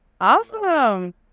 awesome